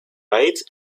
bite